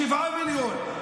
שבעה מיליון.